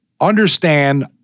understand